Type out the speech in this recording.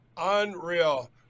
Unreal